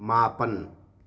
ꯃꯥꯄꯟ